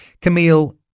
Camille